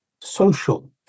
social